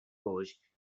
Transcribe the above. coach